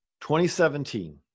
2017